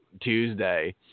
Tuesday